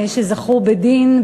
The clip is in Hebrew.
שזכו בדין,